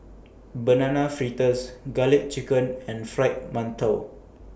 Banana Fritters Garlic Chicken and Fried mantou